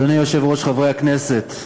אדוני היושב-ראש, חברי הכנסת,